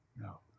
No